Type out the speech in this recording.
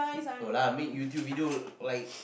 no lah make YouTube video likes